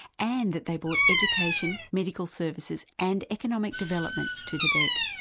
and that they brought education, medical services and economic development to tibet.